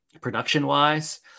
production-wise